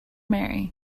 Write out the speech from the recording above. marry